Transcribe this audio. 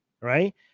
right